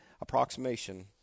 Approximation